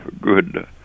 good